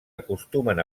acostumen